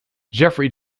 jeffrey